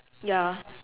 ya